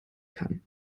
kann